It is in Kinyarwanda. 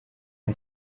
nta